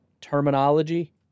terminology